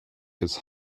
its